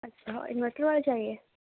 اچھا انورٹر والا چاہیے